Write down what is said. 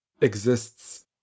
exists